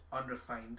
unrefined